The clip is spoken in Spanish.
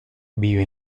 vive